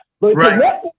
Right